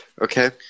Okay